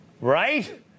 Right